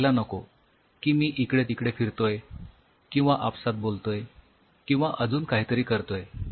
असे व्हायला नको कि मी इकडे तिकडे फिरतोय किंवा आपापसात बोलतोय किंवा अजून काहीतरी करतोय